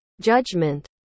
judgment